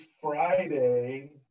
Friday